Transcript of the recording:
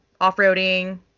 off-roading